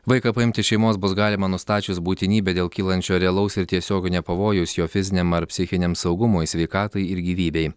vaiką paimti iš šeimos bus galima nustačius būtinybę dėl kylančio realaus ir tiesioginio pavojaus jo fiziniam ar psichiniam saugumui sveikatai ir gyvybei